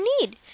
need